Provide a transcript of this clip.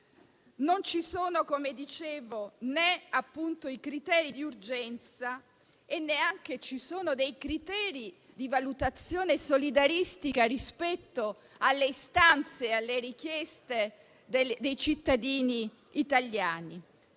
Non ci sono - come dicevo - i criteri di urgenza e neanche ci sono dei criteri di valutazione solidaristica rispetto alle istanze e alle richieste dei cittadini italiani.